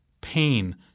pain